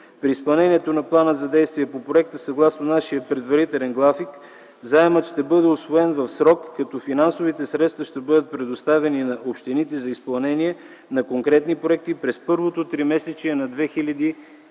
При изпълнението на плана за действие по проекта, съгласно нашия предварителен график, заемът ще бъде усвоен в срок, като финансовите средства ще бъдат предоставени на общините за изпълнение на конкретни проекти през първото тримесечие на 2011